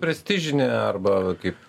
prestižinė arba kaip